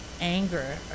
anger